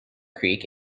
creek